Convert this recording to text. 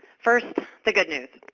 first, the good news.